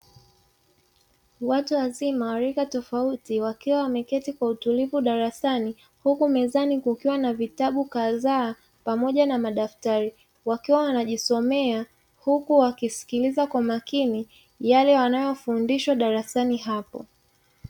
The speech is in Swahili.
Watu wazima wa rika tofauti, wakiwa wameketi kwa utulivu darasani, huku mezani kukiwa na vitabu kadhaa pamoja na madaftari. Wakiwa wanajisomea huku wanasikiliza kwa makini yale wanayofundishwa darasani hapo.